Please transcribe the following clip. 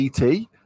ET